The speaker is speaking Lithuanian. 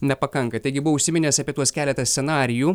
nepakanka taigi buvau užsiminęs apie tuos keletą scenarijų